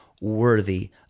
worthy